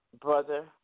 brother